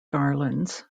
garlands